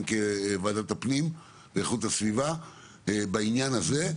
כוועדת הפנים ואיכות הסביבה בעניין הזה,